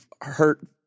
hurt